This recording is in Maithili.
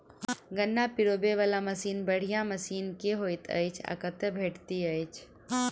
गन्ना पिरोबै वला सबसँ बढ़िया मशीन केँ होइत अछि आ कतह भेटति अछि?